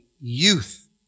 youth